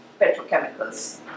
petrochemicals